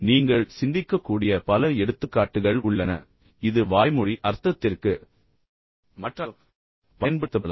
நீங்கள் சிந்திக்கக்கூடிய பல எடுத்துக்காட்டுகள் உள்ளன இது வாய்மொழி அர்த்தத்திற்கு மாற்றாகப் பயன்படுத்தப்படலாம்